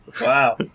Wow